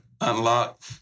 unlock